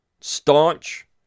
staunch